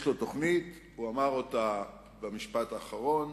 יש לו תוכנית, הוא אמר אותה במשפט האחרון,